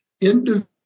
individual